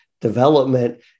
development